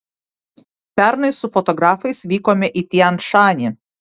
pernai su fotografais vykome į tian šanį